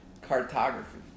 Cartography